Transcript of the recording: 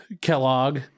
kellogg